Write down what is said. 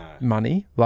money